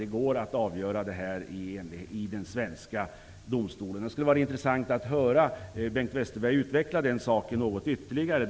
Det går att avgöra detta i den svenska domstolen. Det skulle vara intressant att höra Bengt Westerberg uttveckla den frågan ytterligare.